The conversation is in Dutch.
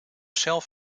zelf